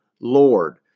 Lord